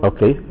Okay